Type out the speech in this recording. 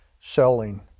selling